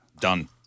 Done